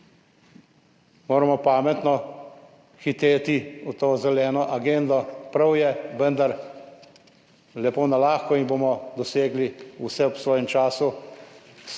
moramo pametno hiteti v to zeleno agendo. Prav je, vendar lepo na lahko in bomo dosegli vse ob svojem času,